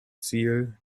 ziel